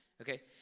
okay